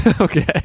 Okay